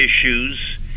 issues